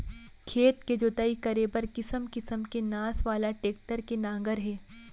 खेत के जोतई करे बर किसम किसम के नास वाला टेक्टर के नांगर हे